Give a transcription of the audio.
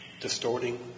distorting